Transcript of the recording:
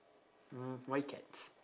mm why cats